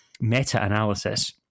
meta-analysis